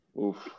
Oof